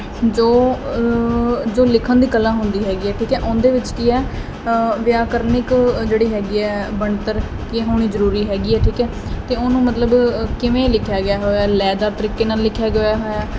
ਜੋ ਜੋ ਲਿਖਣ ਦੀ ਕਲਾ ਹੁੰਦੀ ਹੈਗੀ ਠੀਕ ਐ ਉਹਦੇ ਵਿੱਚ ਕੀ ਐ ਵਿਆਕਰਨਿਕ ਇੱਕ ਜਿਹੜੀ ਹੈਗੀ ਐ ਬਣਤਰ ਕੀ ਹੋਣੀ ਜਰੂਰੀ ਹੈਗੀ ਐ ਠੀਕ ਐ ਤੇ ਉਹਨੂੰ ਮਤਲਬ ਕਿਵੇਂ ਲਿਖਿਆ ਗਿਆ ਹੋਇਆ ਲੈਅ ਦਰ ਤਰੀਕੇ ਨਾਲ ਲਿਖਿਆ ਗਿਆ ਹੋਇਆ ਤੇ